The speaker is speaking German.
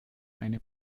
eine